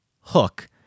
Hook